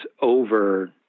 over